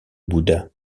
bouddha